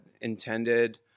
intended